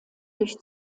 durch